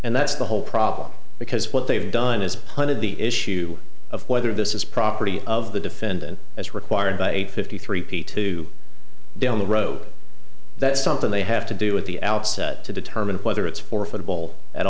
and that's the whole problem because what they've done is punted the issue of whether this is property of the defendant as required by a fifty three peat to down the road that's something they have to do at the outset to determine whether it's for football at